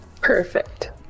Perfect